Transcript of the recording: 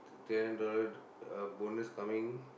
th~ three hundred dollars uh bonus coming